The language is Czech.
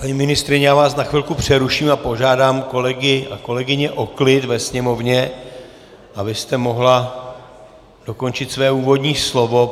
Paní ministryně, já vás na chvilku přeruším a požádám kolegy a kolegyně o klid ve sněmovně, abyste mohla dokončit své úvodní slovo.